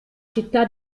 città